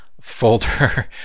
folder